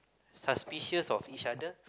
suspicious of each other